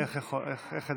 איך ידעתי?